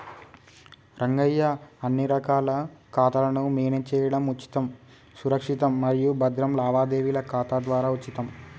రంగయ్య అన్ని రకాల ఖాతాలను మేనేజ్ చేయడం ఉచితం సురక్షితం మరియు భద్రం లావాదేవీల ఖాతా ద్వారా ఉచితం